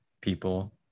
people